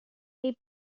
they